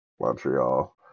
Montreal